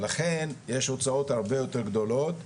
ולכן יש הוצאות הרבה יותר גדולות.